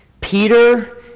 Peter